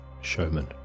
showman